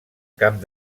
camp